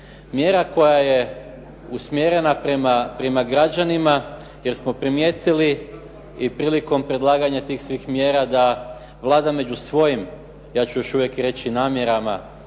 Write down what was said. Mjera koja je usmjerena prema građanima, jer smo primijetili i prilikom predlaganja tih svih mjera da Vlada među svojim, ja ću još uvijek reći, namjerama